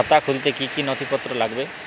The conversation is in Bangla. খাতা খুলতে কি কি নথিপত্র লাগবে?